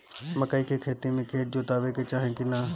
मकई के खेती मे खेत जोतावे के चाही किना?